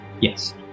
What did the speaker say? Yes